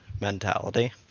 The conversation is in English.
mentality